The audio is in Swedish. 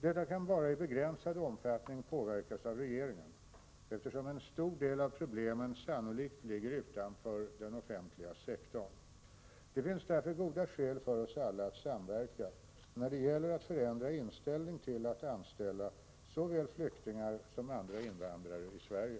Detta kan bara i begränsad omfattning påverkas av regeringen, eftersom en stor del av problemen sannolikt ligger utanför den offentliga sektorn. Det finns därför goda skäl för oss alla att samverka när det gäller att förändra inställning till att anställa såväl flyktingar som andra invandrare i Sverige.